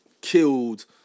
killed